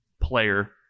player